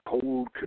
cold